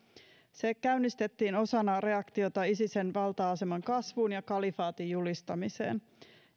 se käynnistettiin osana reaktiota isisin valta aseman kasvuun ja kalifaatin julistamiseen